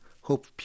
hope